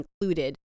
included